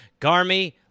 Garmy